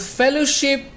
fellowship